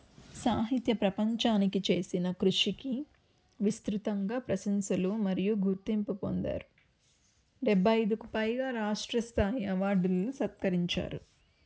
సాహిత్య ప్రపంచానికి చేసిన కృషికి విస్తృతంగా ప్రశంసలు మరియు గుర్తింపు పొందారు డెబ్భై ఐదుకు పైగా రాష్ట్రస్థాయి అవార్డులను సత్కరించారు